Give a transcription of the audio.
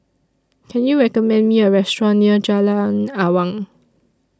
Can YOU recommend Me A Restaurant near Jalan Awang